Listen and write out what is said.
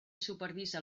supervisa